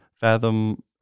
Fathom